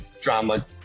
drama